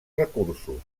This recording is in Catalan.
recursos